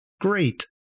great